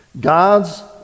God's